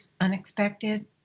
unexpected